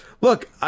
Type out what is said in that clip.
Look